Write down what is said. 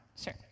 Sure